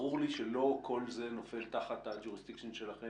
ברור לי שכל זה לא נופל תחת ה-Jurisdiction שלהם